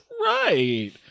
right